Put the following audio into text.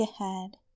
ahead